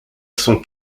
son